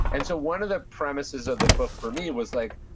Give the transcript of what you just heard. and so one of the premises of the book for me was like,